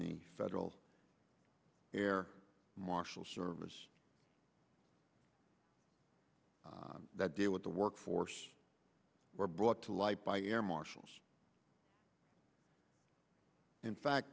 the federal air marshal service that deal with the workforce were brought to light by air marshals in fact